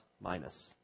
minus